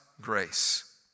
grace